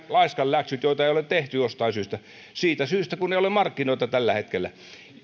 nämä laiskanläksyt joita ei ole tehty jostain syystä siitä syystä kun ei ole markkinoita tällä hetkellä